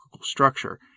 structure